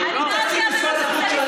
הוא תקציב משרד החוץ.